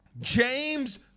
James